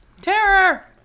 Terror